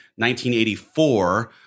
1984